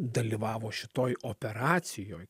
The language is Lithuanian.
dalyvavo šitoj operacijoj